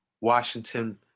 Washington